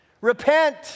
repent